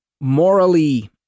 morally